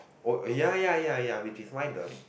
oh uh ya ya ya ya which is why the